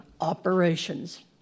operations